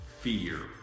fear